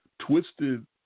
twisted